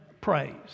praise